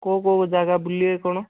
କେଉଁ କେଉଁ ଜାଗା ବୁଲିବେ କ'ଣ